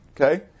Okay